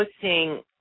posting